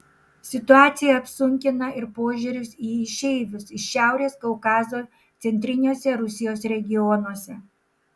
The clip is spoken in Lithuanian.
situaciją apsunkina ir požiūris į išeivius iš šiaurės kaukazo centriniuose rusijos regionuose